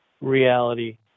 reality